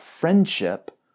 friendship